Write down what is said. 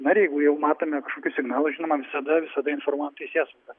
na ir jeigu jau matome kažkokius signalus žinoma visada visada informuojam teisėsaugą